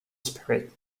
spirit